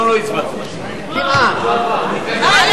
נתקבלו.